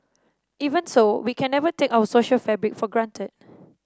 even so we can never take our social fabric for granted